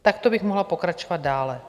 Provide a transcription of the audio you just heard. Takto bych mohla pokračovat dále.